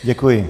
Děkuji.